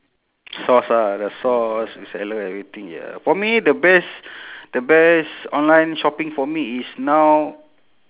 source ah the source the seller everything ya for me the best the best online shopping for me is now